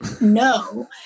no